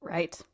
Right